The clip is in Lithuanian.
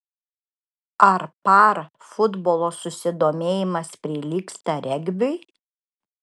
ar par futbolo susidomėjimas prilygsta regbiui